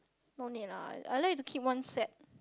no need lah I like to keep one set